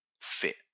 fit